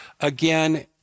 again